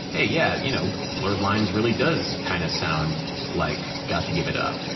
hey, yeah, you know, blurred lines really does kind of sound like got to give it up,